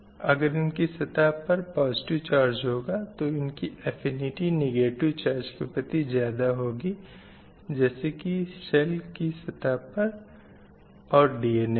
अगर इनकी सतह पर पॉज़िटिव चार्ज होगा तो इनकी अफ़िनिटी नेगेटिव चार्ज के प्रति ज़्यादा होगी जैसे की सेल की सतह पर और DNA पर